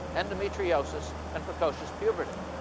endometriosis, and precocious puberty.